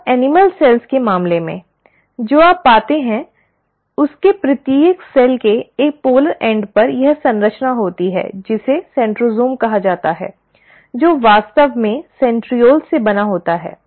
अब animal cells के मामले में जो आप पाते हैं उसके प्रत्येक कोशिका के एक ध्रुवीय छोर पर यह संरचना होती है जिसे सेंट्रोसोम कहा जाता है जो वास्तव में सेंट्रिओल्स से बना होता है